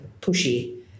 pushy